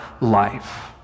life